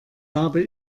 habe